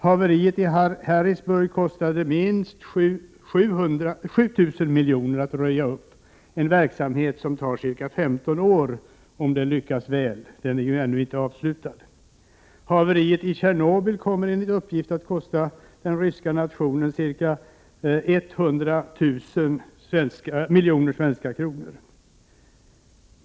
Haveriet i Harrisburg kostar minst 7 000 milj.kr. att röja upp — en verksamhet som tar minst 15 år, om man lyckas med den. Verksamheten är ju ännu inte avslutad. Haveriet i Tjernobyl kommer enligt uppgift att kosta den ryska nationen ca 100 000 miljoner svenska kronor.